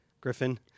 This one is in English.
Griffin